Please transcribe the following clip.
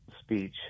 speech